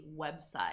website